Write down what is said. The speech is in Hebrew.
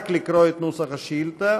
רק לקרוא את נוסח השאילתה.